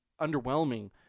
underwhelming